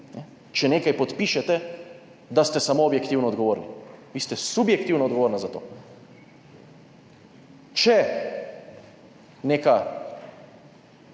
če nekaj podpišete, da ste samo objektivno odgovorni. Vi ste subjektivno odgovorna za to. Če neka,